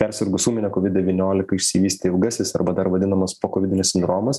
persirgus ūmine kovid devyniolika išsivystė ilgasis arba dar vadinamas pokovidinis sindromas